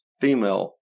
female